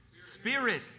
spirit